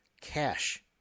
cash